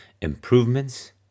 Improvements